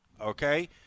okay